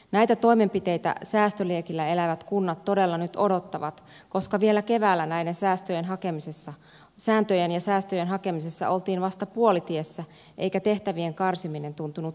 näitä toimenpiteitä säästöliekillä elävät kunnat todella nyt odottavat koska vielä keväällä näiden sääntöjen ja säästöjen hakemisessa oltiin vasta puolitiessä eikä tehtävien karsiminen tuntunut sujuvan millään